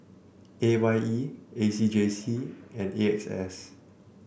A Y E A C J C and A X S